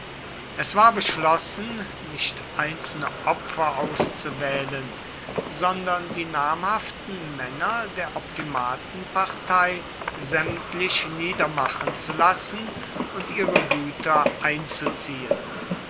es war beschlossen nicht einzelne opfer auszuwählen sondern die namhaften männer der optimatenpartei sämtlich niedermachen zu lassen und ihre güter einzuziehen